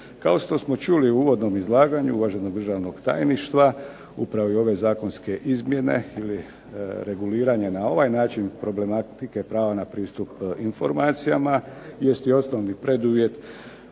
Kao što smo čuli u uvodnom izlaganju uvaženog državnog tajništva upravo i ove zakonske izmjene ili reguliranje na ovaj način problematike prava na pristup informacijama jest i osnovni preduvjet